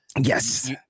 Yes